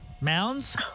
Mounds